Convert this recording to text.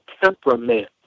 temperament